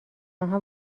آنها